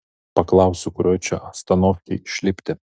paklausiu kurioj čia astanovkėj išlipti